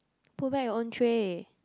put back your own tray